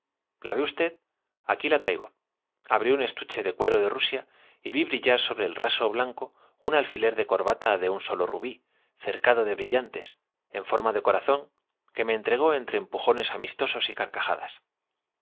la ve usted aquí la traigo abrió un estuche de cuero de rusia y vi brillar sobre raso blanco un alfiler de corbata de un solo rubí cercado de brillantes en forma de corazón que me entregó entre empujones amistosos y carcajadas